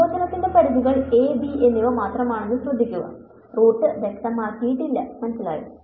സംയോജനത്തിന്റെ പരിധികൾ a b എന്നിവ മാത്രമാണെന്നത് ശ്രദ്ധിക്കുക റൂട്ട് വ്യക്തമാക്കിയിട്ടില്ല മനസിലായോ